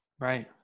Right